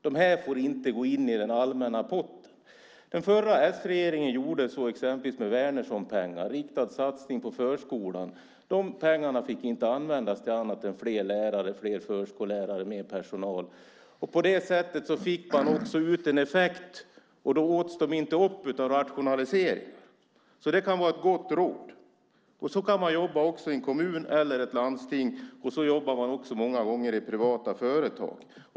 De här får inte gå in i den allmänna potten! Den förra s-regeringen gjorde, exempelvis med Wärnerssonpengarna, en riktad satsning på förskolan. De pengarna fick inte användas till annat än fler lärare, fler förskollärare, mer personal. På det sättet fick man också ut en effekt, och då åts de inte upp av rationaliseringar. Det kan alltså vara ett gott råd. Så kan man jobba också i en kommun eller ett landsting, och så jobbar man många gånger i privata företag.